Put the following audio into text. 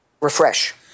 Refresh